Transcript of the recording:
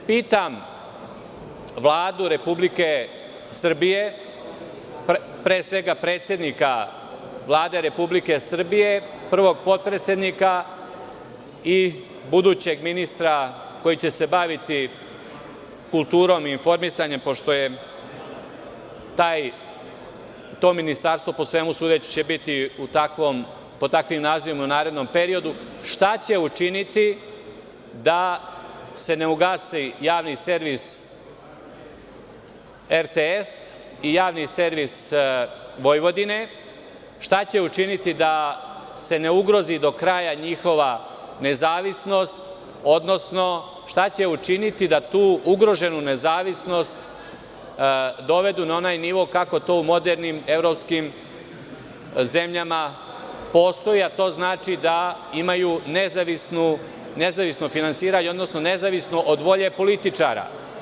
Pitam Vladu Republike Srbije, pre svega predsednika Vlade Republike Srbije, prvog potpredsednika i budućeg ministra koji će se baviti kulturom i informisanjem, pošto će to ministarstvo biti, po svemu sudeći, pod takvim nazivom u narednom periodu - šta će učiniti da se ne ugasi javni servis RTS i javni servis Vojvodine, šta će učiniti da se ne ugrozi do kraja njihova nezavisnost, odnosno šta će učiniti da tu ugroženu nezavisnost dovedu na onaj nivo, kako to u modernim evropskim zemljama postoji, a to znači da imaju nezavisno finansiranje, odnosno nezavisno od volje političara?